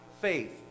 faith